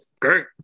great